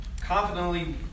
Confidently